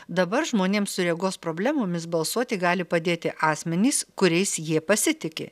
dabar žmonėms su regos problemomis balsuoti gali padėti asmenys kuriais jie pasitiki